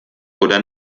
oder